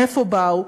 מאיפה באו,